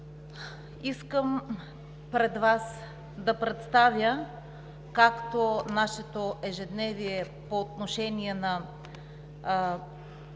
Искам пред Вас да представя както нашето ежедневие по отношение на